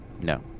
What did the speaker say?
No